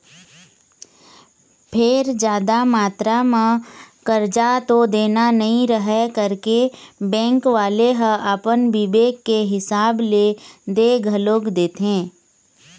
फेर जादा मातरा म करजा तो देना नइ रहय करके बेंक वाले ह अपन बिबेक के हिसाब ले दे घलोक देथे